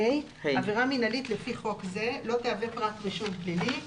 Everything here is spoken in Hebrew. (ה)עבירה מינהלית לפי חוק זה לא תהווה פרט אישום פלילי.